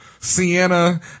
Sienna